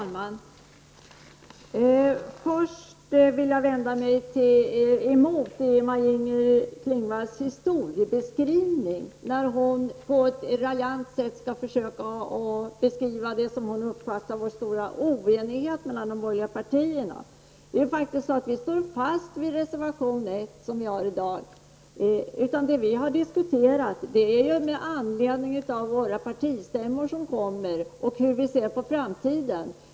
Herr talman! Jag vill först invända mot Maj-Inger Klingvalls historiebeskrivning där hon på ett raljant sätt försöker beskriva det som hon uppfattar som en stor oenighet mellan de borgerliga partierna. Vi står fast vid reservation 1 till det betänkande som nu behandlas. Det vi diskuterat är hur vi ser på framtiden med anledning av de kommande partistämmorna.